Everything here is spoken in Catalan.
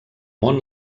món